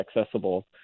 accessible